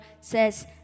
says